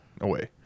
away